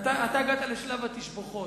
אתה הגעת לשלב התשבוחות,